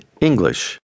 English